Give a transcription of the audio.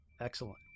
excellent